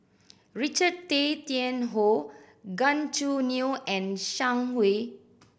Richard Tay Tian Hoe Gan Choo Neo and Zhang Hui